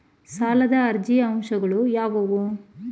ಸಾಲದ ಅರ್ಜಿಯ ಅಂಶಗಳು ಯಾವುವು?